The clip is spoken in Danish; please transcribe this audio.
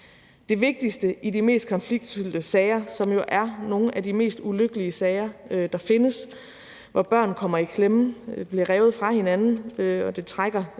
Det vigtigste i de mest konfliktfyldte sager, som jo er nogle af de mest ulykkelige sager, der findes, hvor børn kommer i klemme, bliver revet fra hinanden – og det trækker